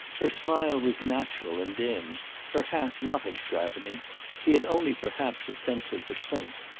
her smile was natural and dim her hat not extravagant he had only perhaps a sense of the clink,